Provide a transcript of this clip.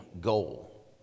goal